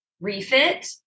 refit